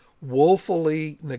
woefully